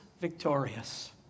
victorious